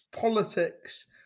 politics